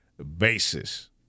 basis